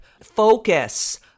focus